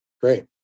Great